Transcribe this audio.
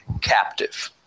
captive